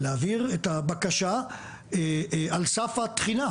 להעביר את הבקשה על סף התחינה,